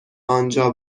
آنجا